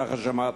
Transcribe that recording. כך שמעתי.